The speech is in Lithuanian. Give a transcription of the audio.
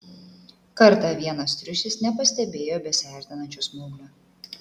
kartą vienas triušis nepastebėjo besiartinančio smauglio